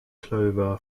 clover